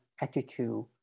attitude